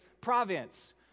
province